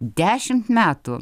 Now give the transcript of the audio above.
dešimt metų